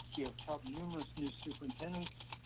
you have helped numerous new superintendents,